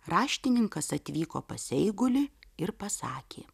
raštininkas atvyko pas eigulį ir pasakė